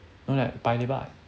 no leh paya lebar